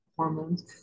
Hormones